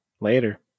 Later